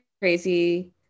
crazy